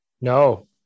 No